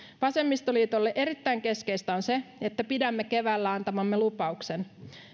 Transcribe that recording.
vasemmistoliitolle erittäin keskeistä on että pidämme keväällä antamamme lupauksen